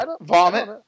Vomit